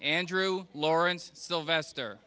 andrew lawrence sylvester